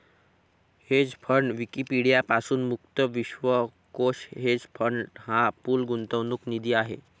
hedge fund Wikipedia पासून मुक्त विश्वकोश हेज फंड हा पूल गुंतवणूक निधी आहे